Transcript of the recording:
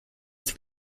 tik